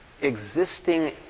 existing